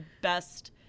best